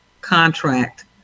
contract